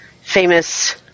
famous